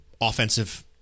offensive